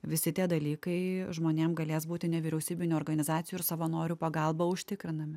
visi tie dalykai žmonėm galės būti nevyriausybinių organizacijų ir savanorių pagalba užtikrinami